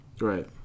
Right